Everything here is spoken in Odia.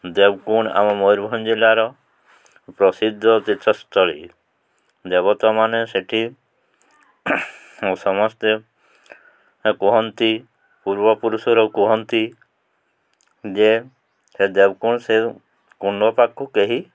ଦେବକୁଣ୍ଡ ଆମ ମୟୂରଭଞ୍ଜ ଜିଲ୍ଲାର ପ୍ରସିଦ୍ଧ ତୀର୍ଥସ୍ଥଳୀ ଦେବତାମାନେ ସେଇଠି ସମସ୍ତେ କୁହନ୍ତି ପୂର୍ବପୁରୁଷରୁ କୁହନ୍ତି ଯେ ସେ ଦେବକୁଣ୍ଡ ସେ କୁଣ୍ଡପାଖକୁ କେହି